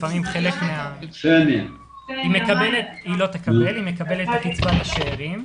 היא מקבלת קצבת שאירים,